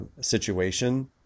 situation